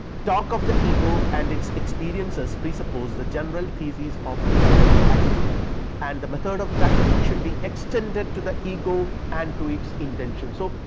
talk of the ego and its experiences presuppose the general thesis of natural attitude and the method of bracketing should be extended to the ego and to its intentions. so,